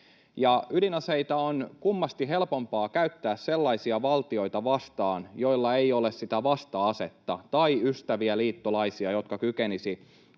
ydinaseita on kummasti helpompaa käyttää sellaisia valtioita vastaan, joilla ei ole sitä vasta-asetta tai ystäviä, liittolaisia, jotka kykenisivät